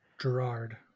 Gerard